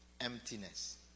emptiness